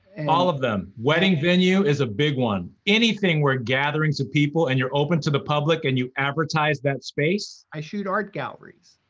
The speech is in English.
all of them, wedding venue is a big one. anything where gatherings of people and you're open to the public and you advertise that space i shoot art galleries.